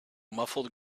muffled